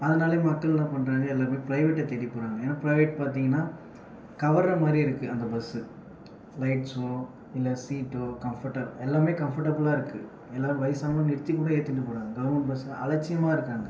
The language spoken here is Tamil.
அதனாலேயே மக்கள் என்ன பண்ணுறாங்க எல்லாருமே பிரைவேட்ட தேடிப் போகிறாங்க ஏன்னால் பிரைவேட் பார்த்தீங்கன்னா கவர மாதிரி இருக்குது அந்த பஸ்ஸு லைட்ஸோ இல்லை சீட்டோ கம்ஃபர்ட்டாக இருக்குது எல்லாமே கம்ஃபர்ட்டபிளாக இருக்குது எல்லோரும் வயசானவங்களை நிறுத்திக் கூட ஏத்தின்னு போகிறாங்க கவர்மெண்ட் பஸ் அலட்சியமா இருக்காங்கள்